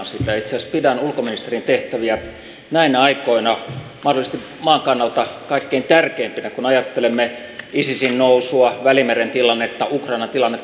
itse asiassa pidän ulkoministerin tehtäviä näinä aikoina mahdollisesti maan kannalta kaikkein tärkeimpinä kun ajattelemme isisin nousua välimeren tilannetta ukrainan tilannetta